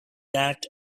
that